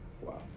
wow